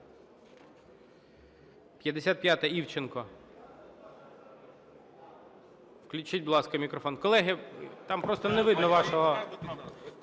55-а, Івченко. Включіть, будь ласка, мікрофон. Колеги, там просто не видно вашого